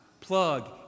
plug